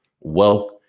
Wealth